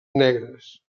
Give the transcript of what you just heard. negres